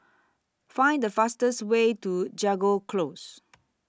Find The fastest Way to Jago Close